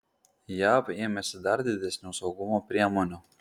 jav ėmėsi dar didesnių saugumo priemonių